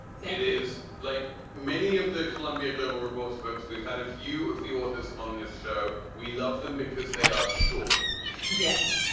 so it is like many of the columbia global reports books. we've had a few of the authors on this show. we love them because they are sure yes.